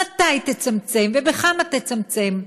ומתי תצמצם ובכמה תצמצם.